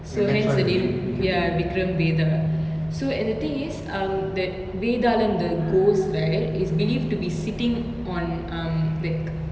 so hence the name ya vikram vedha so and the thing is um that vethaalam the ghost right is believed to be sitting on um like